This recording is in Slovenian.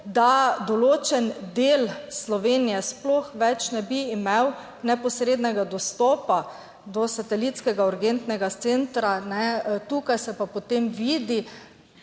da določen del Slovenije sploh več ne bi imel neposrednega dostopa do satelitskega urgentnega centra, tukaj se pa potem vidi